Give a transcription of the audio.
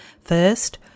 First